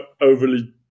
overly